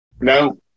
No